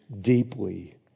deeply